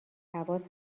حواس